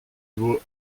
vaut